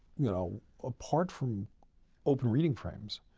you know, apart from open reading frames,